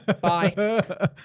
Bye